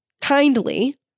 kindly